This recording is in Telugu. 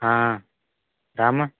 ఆ రామ్మా